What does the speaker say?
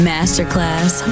Masterclass